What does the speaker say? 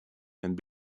and